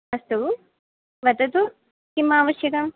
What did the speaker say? अस्तु वदतु किम् आवश्यकम्